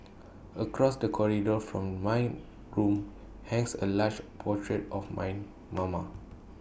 across the corridor from my room hangs A large portrait of my mama